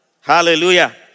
Hallelujah